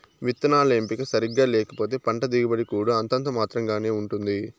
విత్తనాల ఎంపిక సరిగ్గా లేకపోతే పంట దిగుబడి కూడా అంతంత మాత్రం గానే ఉంటుంది